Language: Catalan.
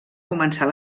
començar